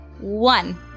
one